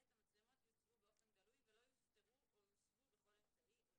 (ב)המצלמות יוצבו באופן גלוי ולא יוסתרו או יוסוו בכל אמצעי או